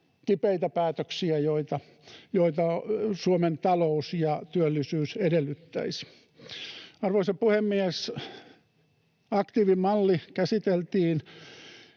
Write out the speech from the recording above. kipeitä päätöksiä, joita Suomen talous ja työllisyys edellyttäisivät. Arvoisa puhemies! Aktiivimalli käsiteltiin